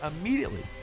immediately